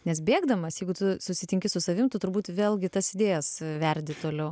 nes bėgdamas jeigu tu susitinki su savim turbūt vėlgi tas idėjas verdi toliau